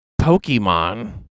Pokemon